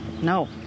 No